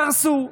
קרסו,